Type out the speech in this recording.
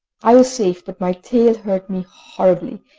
i was safe, but my tail hurt me horribly,